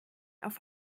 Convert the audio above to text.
auf